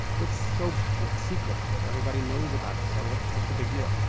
what's so secret? everybody knows about it, so what's what's the big deal?